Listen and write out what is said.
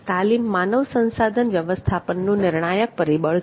તાલીમ માનવ સંસાધન વ્યવસ્થાપનનું નિર્ણાયક પરિબળ છે